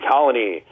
Colony